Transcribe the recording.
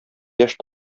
яшь